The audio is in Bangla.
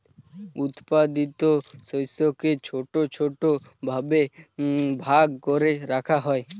উৎপাদিত শস্যকে ছোট ছোট ভাবে ভাগ করে রাখা হয়